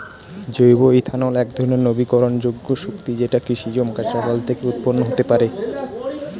জৈব ইথানল একধরণের নবীকরণযোগ্য শক্তি যেটি কৃষিজ কাঁচামাল থেকে উৎপন্ন হতে পারে